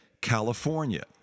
California